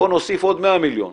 בוא נוסיף עוד 100 מיליון,